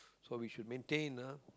so we should maintain ah